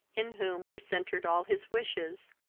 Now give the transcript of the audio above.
in whom were centered all his wishes,